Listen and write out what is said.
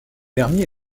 dernier